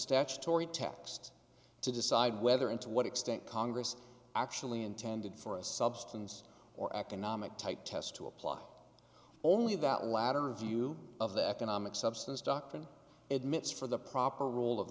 statutory text to decide whether and to what extent congress actually intended for a substance or economic type test to apply only that latter view of the economic substance doctrine admits for the proper role of